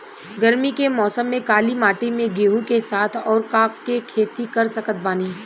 गरमी के मौसम में काली माटी में गेहूँ के साथ और का के खेती कर सकत बानी?